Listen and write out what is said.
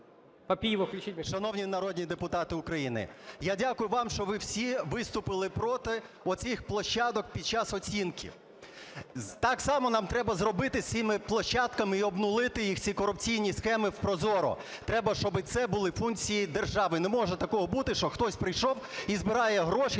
Шановні народні депутати України, я дякую вам, що ви виступили проти оцих площадок під час оцінки. Так само нам треба зробити з цими площадками і обнулити їх ці корупційні схеми в ProZorro, треба, щоб це були функції держави. Не може такого бути, що хтось прийшов і збирає гроші,